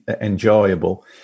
enjoyable